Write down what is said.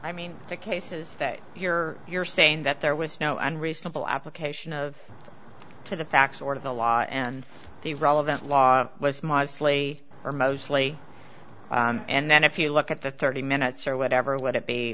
i mean the cases that you're you're saying that there was no unreasonable application of to the facts or to the law and the relevant law was mostly or mostly and then if you look at the thirty minutes or whatever let it be